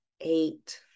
eight